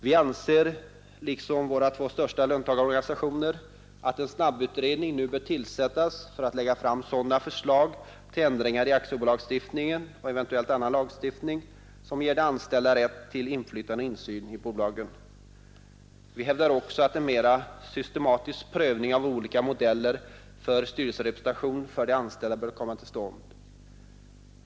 Vi anser liksom våra två största löntagarorganisationer att en snabbutredning nu bör tillsättas, som skall kunna lägga fram sådana förslag till ändringar i aktiebolagslagstiftningen, och eventuellt annan lagstiftning, som ger de anställda rätt till inflytande och insyn i bolagen. Vi hävdar också att en mer systematisk prövning av olika modeller för styrelserepresentation för de anställda bör komma till stånd.